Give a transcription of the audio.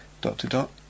dot-to-dot